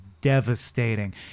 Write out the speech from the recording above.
Devastating